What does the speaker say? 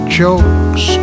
jokes